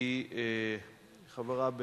היא חברה,